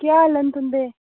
केह् हाल न तुंदे